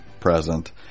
present